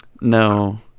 No